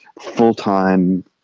full-time